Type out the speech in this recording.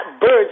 birds